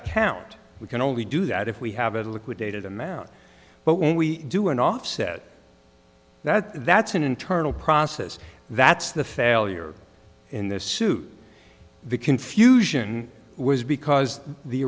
account we can only do that if we have a liquidated amount but when we do an offset that that's an internal process that's the failure in the suit the confusion was because the